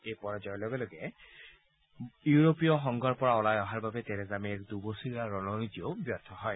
এই পৰাজয়ৰ লগে লগে ৱিটেইন ইউৰোপীয় সংঘৰ পৰা ওলাই অহাৰ বাবে টেৰেছা মেৰ দুবছৰীয়া ৰণনীতিও ব্যৰ্থ হল